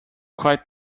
quite